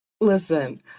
Listen